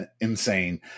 insane